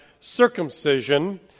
circumcision